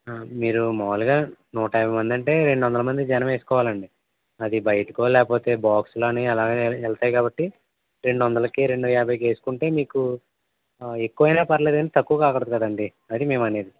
మీరు మాములుగా నూట యాభై మంది అంటే రెండు వందల మంది జనం వేసుకోవాలండి అది బయటికో లేకపోతే బాక్సులోని ఎలగైనా వెళ్తాయి కాబట్టి రెండు వందలకి రెండు యాభైకి వేసుకుంటే మీకు ఎక్కువైనా పర్లేదు కానీ తక్కువ కాకూడదు కదండి అది మేమనేది